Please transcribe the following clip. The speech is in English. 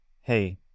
Hey